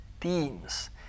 themes